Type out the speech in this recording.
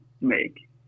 make